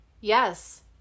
yes